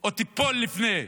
או תיפול לפני,